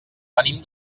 venim